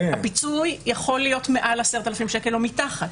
הפיצוי יכול להיות מעל 10,000 שקל או מתחת.